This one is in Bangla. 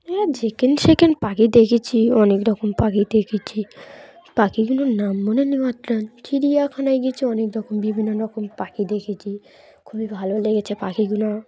হ্যাঁ যেখানে সেখানে পাখি দেখেছি অনেক রকম পাখি দেখেছি পাখিগুলোর নাম মনে নি চিড়িয়াখানায় গিয়েছি অনেক রকম বিভিন্ন রকম পাখি দেখেছি খুবই ভালো লেগেছে পাখিগুলো